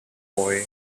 boy